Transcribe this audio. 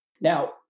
Now